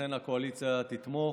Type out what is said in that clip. לכן הקואליציה תתמוך.